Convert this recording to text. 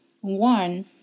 One